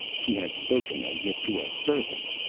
she had spoken as if to a servant,